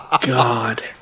god